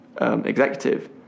executive